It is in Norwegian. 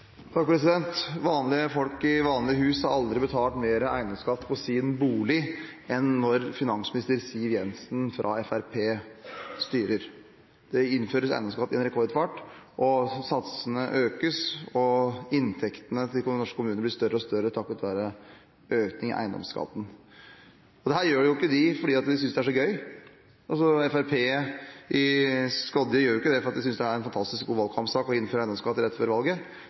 Vanlige folk i vanlige hus har aldri betalt mer eiendomsskatt på sin bolig enn når finansminister Siv Jensen fra Fremskrittspartiet styrer. Det innføres eiendomsskatt i rekordfart – satsene økes, og inntektene til norske kommuner blir større og større takket være økning i eiendomsskatten. Dette gjør de ikke fordi de synes det er så gøy. Fremskrittspartiet i Skodje gjør ikke det fordi de synes det er en fantastisk god valgkampsak å innføre eiendomsskatt rett før valget,